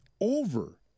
over